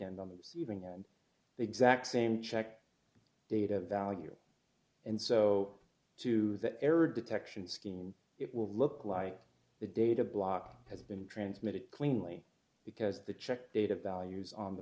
end on the receiving end the exact same checked data value and so to that error detection scheme it will look like the data block has been transmitted cleanly because the check data values on the